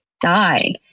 die